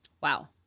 Wow